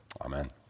Amen